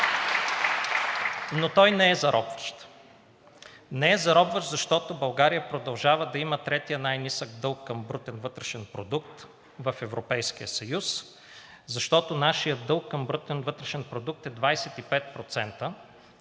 Но той не е заробващ. Не е заробващ, защото България продължава да има третия най-нисък дълг към брутен вътрешен продукт в Европейския съюз, защото нашият дълг към брутен вътрешен продукт е 25%